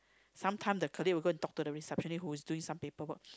sometime the colleague will go and talk to the receptionist who is doing some paperwork